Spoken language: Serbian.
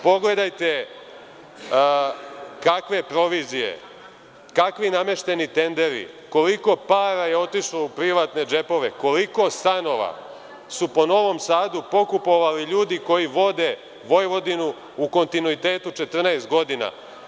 Pogledajte kakve provizije, kakvi namešteni tenderi, koliko para je otišlo u privatne džepove, koliko stanove su po Novom Sadu pokupovali ljudi koji vode Vojvodinu u kontinuitetu 14 godina.